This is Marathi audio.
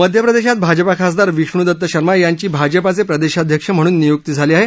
मध्य प्रदेशात भाजपा खासदार विष्णू दत शर्मा यांची भाजपाचे प्रदेशाध्यक्ष म्हणून निय्क्ती झाली आहे